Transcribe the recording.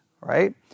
right